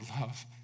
love